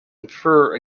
infer